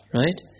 right